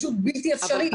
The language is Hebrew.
פשוט בלתי אפשרי.